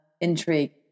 intrigue